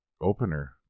opener